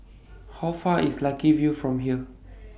How Far IS Lucky View from here